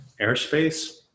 airspace